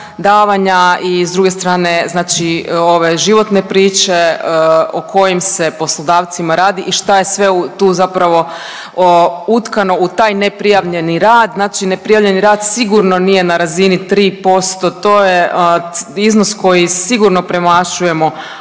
i s druge strane životne priče o kojim se poslodavcima radi i šta je sve tu zapravo utkano u taj neprijavljeni rad. Znači neprijavljeni rad sigurno nije na razini 3%, to je iznos koji sigurno premašujemo,